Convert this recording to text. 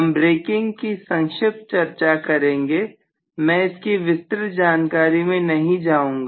हम ब्रेकिंग की संक्षिप्त चर्चा करेंगे मैं इसकी विस्तृत जानकारी में नहीं जाऊंगा